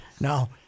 no